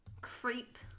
Creep